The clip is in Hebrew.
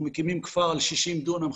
אנחנו מקימים כפר על 60 דונם,